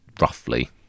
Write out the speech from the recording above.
roughly